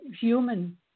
human